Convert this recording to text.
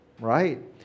Right